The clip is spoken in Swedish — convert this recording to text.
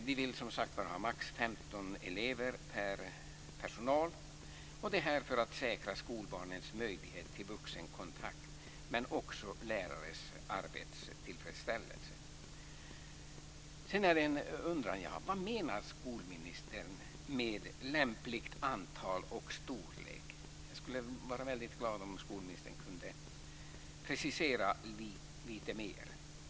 Vi vill som sagt var ha max 15 elever per anställd för att säkra skolbarnens möjlighet till vuxenkontakt men också för lärares arbetstillfredsställelse. Sedan undrar jag: Vad menar skolministern med lämpligt antal och storlek? Jag skulle vara väldigt glad om skolministern kunde precisera lite mer.